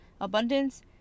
abundance